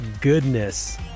goodness